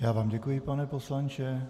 Já vám děkuji, pane poslanče.